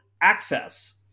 access